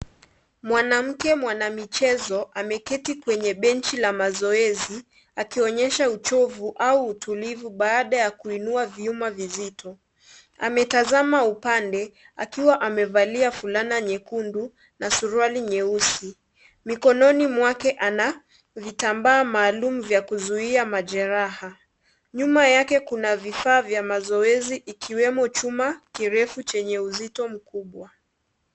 Mwanamke mwanamichezo ameketi kwenye benchi la mazoezi, akionyesha uchovu au utulivu baada ya kuinua vyuma vizito. Ametazama upande akiwa amevalia fulana nyekundu na suruali nyeusi. Mikononi mwake ana vitambaa maalum vya kuzuia majeraha . Nyuma yake kuna vifaa vya mazoezi ikiwemo chuma kirefu chenye uzito mkubwa.